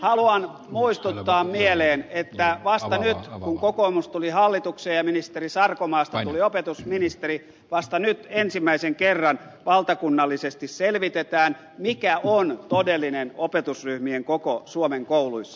haluan muistuttaa mieleen että vasta nyt kun kokoomus tuli hallitukseen ja sarkomaasta tuli opetusministeri ensimmäisen kerran valtakunnallisesti selvitetään mikä on todellinen opetusryhmien koko suomen kouluissa